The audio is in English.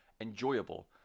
enjoyable